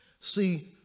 See